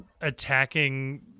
attacking